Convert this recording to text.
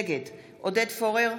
נגד עודד פורר,